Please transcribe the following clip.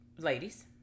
Ladies